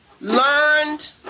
learned